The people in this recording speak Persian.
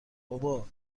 بابا